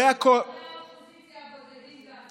אנחנו לא בודדים.